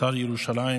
השר לענייני ירושלים,